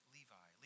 Levi